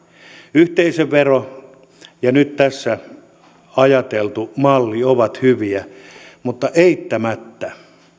yhteisövero ja nyt tässä ajateltu malli ovat hyviä mutta eittämättä